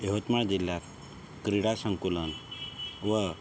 यवतमाळ जिल्ह्यात क्रीडा संकुलन व